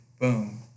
Boom